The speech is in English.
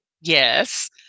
Yes